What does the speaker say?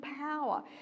power